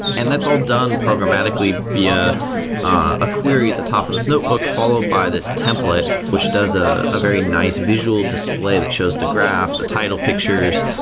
and that's all done programmatically via a query at the top of this notebook followed by this template, which does ah a very nice visual display that shows the graph, the title pictures,